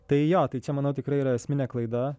tai jo tai čia manau tikrai yra esminė klaida